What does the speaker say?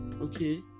Okay